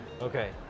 okay